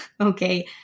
Okay